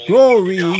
Glory